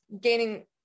gaining